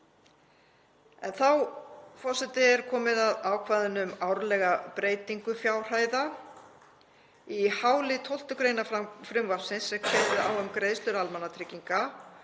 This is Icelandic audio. Þá, forseti, er komið að ákvæðinu um árlega breytingu fjárhæða. Í h-lið 12. gr. frumvarpsins er kveðið á um að greiðslur almannatrygginga,